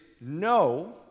no